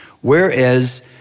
Whereas